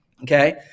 Okay